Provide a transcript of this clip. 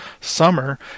summer